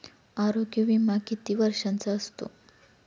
आरोग्य विमा किती वर्षांचा असतो?